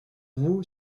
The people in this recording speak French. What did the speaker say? vous